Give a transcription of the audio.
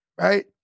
right